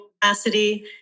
capacity